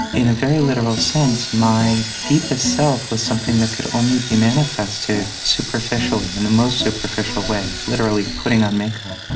in a very literal sense, my deepest self was something that could only be manifested superficially, in the most superficial way, literally putting on makeup.